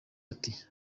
ati